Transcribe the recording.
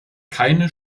keine